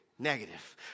Negative